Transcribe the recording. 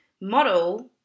model